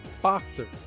boxer